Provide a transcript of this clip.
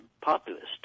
populist